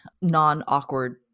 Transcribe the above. non-awkward